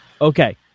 Okay